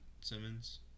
simmons